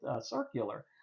circular